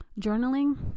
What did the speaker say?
journaling